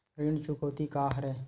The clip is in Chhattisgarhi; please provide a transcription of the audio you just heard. ऋण चुकौती का हरय?